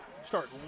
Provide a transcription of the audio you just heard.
start